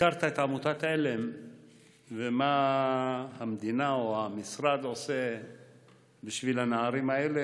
הזכרת את עמותת עלם ומה המדינה או המשרד עושים בשביל הנערים האלה,